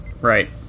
Right